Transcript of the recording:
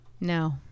No